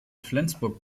flensburg